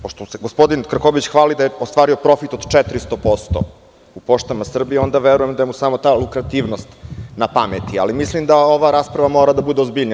Pošto se gospodin Krkobabić hvali da je ostvario profit od 400% u Poštama Srbije, onda verujem da mu je samo ta lukrativnost na pameti, ali mislim da ova rasprava mora da bude ozbiljnija.